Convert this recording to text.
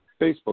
Facebook